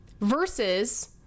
versus